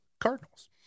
Cardinals